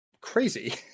Crazy